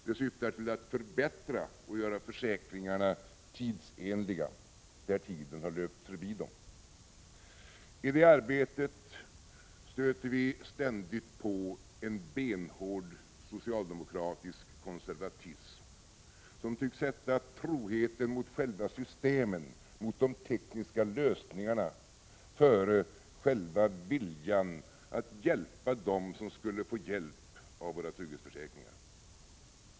Det syftar till att förbättra och göra försäkringarna tidsenliga där tiden har löpt förbi dem. I det arbetet stöter vi ständigt på en benhård socialdemokratisk konservatism, som tycks sätta troheten mot själva systemen, mot de tekniska lösningarna, före själva viljan att hjälpa dem som skulle få hjälp av våra trygghetsförsäkringar.